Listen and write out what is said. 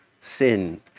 sin